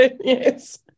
yes